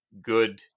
good